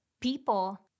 people